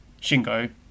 Shingo